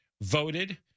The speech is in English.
voted